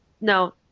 no